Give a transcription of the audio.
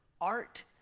art